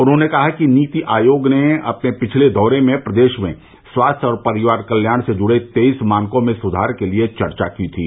उन्होंने कहा कि नीति आयोग ने अपने पिछले दौरे में प्रदेश में स्वास्थ्य और परिवार कल्याण से जुड़े तेईस मानकों में सुधार के लिए चर्चा की थी